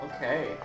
Okay